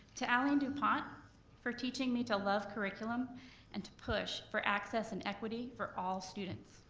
to eileen dupont for teaching me to love curriculum and to push for access and equity for all students.